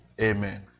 Amen